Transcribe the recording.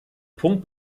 punkt